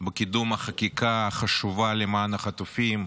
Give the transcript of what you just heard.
בקידום החקיקה החשובה למען החטופים,